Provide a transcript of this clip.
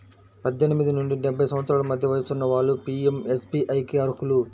పద్దెనిమిది నుండి డెబ్బై సంవత్సరాల మధ్య వయసున్న వాళ్ళు పీయంఎస్బీఐకి అర్హులు